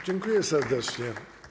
Dziękuję serdecznie.